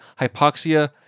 hypoxia